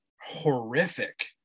horrific